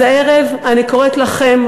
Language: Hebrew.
אז הערב אני קוראת לכם,